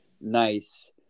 nice